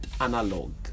analog